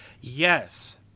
Yes